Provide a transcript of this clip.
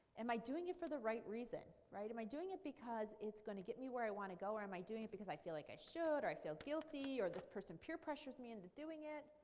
am i doing it for the right reason, right? am i doing it because it's going to get me where i want to go or am i doing it because i feel like i should or i feel guilty or this person peer pressures me into doing it?